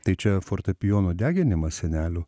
tai čia fortepijono deginimas senelių